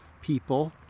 People